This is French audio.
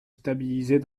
stabilisés